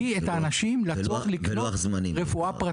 זה מה שמביא את האנשים לקנות רפואה פרטית.